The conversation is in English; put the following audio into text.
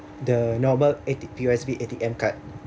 the normal A_T~ P_O_S_B A_T_M card